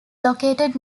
located